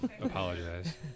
apologize